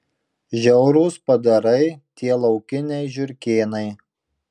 žiaurūs padarai tie laukiniai žiurkėnai